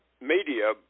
media